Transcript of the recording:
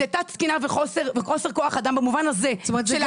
זה תת תקינה וחוסר כוח אדם במובן הזה --- לא,